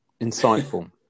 insightful